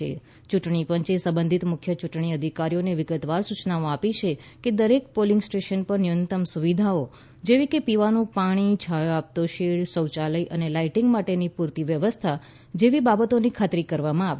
યુંટણી પંચે સંબંધિત મુખ્ય યૂંટણી અધિકારીઓને વિગતવાર સૂયનાઓ આપી છે કે દરેક પોલિંગ સ્ટેશન પર ન્યૂનતમ સુવિધાઓ જેવી કે પીવાનું પાણી છાંયો આપતો શેડ શૌચાલય લાઇટિંગ માટેની પૂરતી વ્યવસ્થા જેવી બાબતોની ખાતરીકરવામાં આવે